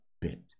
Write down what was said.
bit